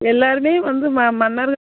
எல்லாருமே வந்து ம மன்னர்